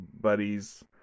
buddies